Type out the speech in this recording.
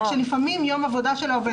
רק שלפעמים יש עובד,